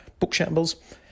bookshambles